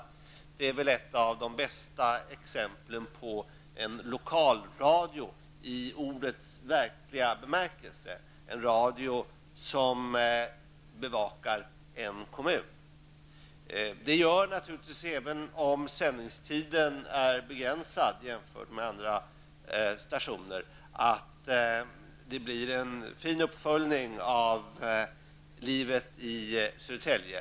Radio Södertälje är kanske ett av de bästa exemplen på en lokalradio i ordets verkliga bemärkelse -- en radio som alltså bevakar en kommun. Det gör naturligtvis att vi, även om sändningstiden är begränsad jämfört med vad som gäller för andra stationer, får en fin uppföljning av livet i Södertälje.